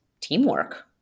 teamwork